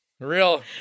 Real